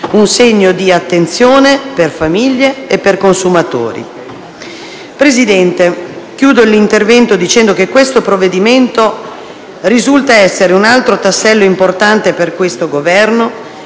un segno di attenzione per famiglie e consumatori. Signor Presidente, chiudo l'intervento dicendo che questo provvedimento risulta essere un altro tassello importante per questo Governo